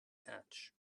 hatch